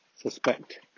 suspect